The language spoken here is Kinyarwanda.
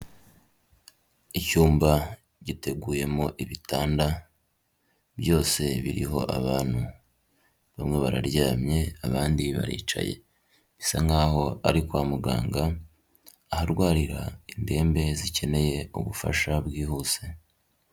Icyumba giteguyemo ibitanda, byose biriho abantu. Bamwe bararyamye abandi baricaye, bisa nkaho ari kwa muganga, aharwarira indembe zikeneye ubufasha bwihuse.